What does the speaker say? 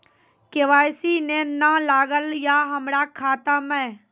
KYC ने न लागल या हमरा खाता मैं?